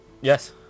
Yes